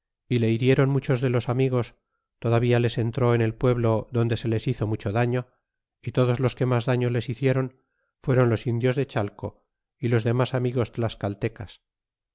y le hirieron muchos de los amigos todavía les entró en el pueblo donde se les hizo mucho daño y todos los que mas daño les hicieron fueron los indios de chale y los demas amigos tlascaltecas